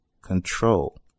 control